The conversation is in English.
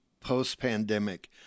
post-pandemic